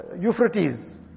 Euphrates